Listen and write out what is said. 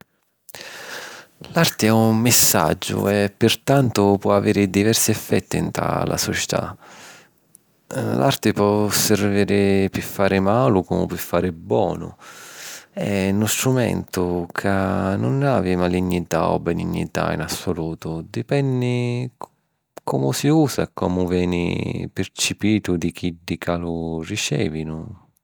L’arti è un missaggiu e pirtantu po aviri diversi effetti nta la sucità. L’arti po sirviri pi fari malu comu pi fari bonu… è nu strumentu ca nun havi malignità o benignità in assolutu, dipenni comu si usa e comu veni pirciputu di chiddi ca lu ricèvinu.